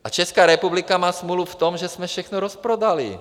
A Česká republika má smůlu v tom, že jsme všechno rozprodali.